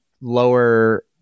lower